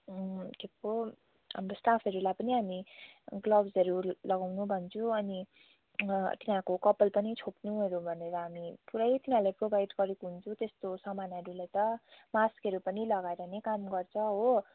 के पो हाम्रो स्टाफहरूलाई पनि हामी ग्लोब्सहरू लगाउनु भन्छौँ अनि तिनीहरूको कपाल पनि छोप्नुहरू भनेर हामी पुरै तिनीहरूलाई प्रोभाइड गरेको हुन्छु त्यस्तो सामानहरूले त मास्कहरू पनि लगाएर नै काम गर्छ हो